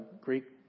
Greek